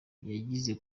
yagize